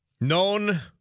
known